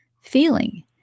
feeling